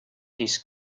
his